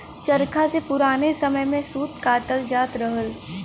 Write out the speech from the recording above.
चरखा से पुराने समय में सूत कातल जात रहल